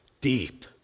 deep